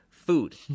food